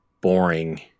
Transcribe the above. boring